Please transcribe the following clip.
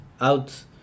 out